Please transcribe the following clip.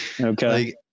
Okay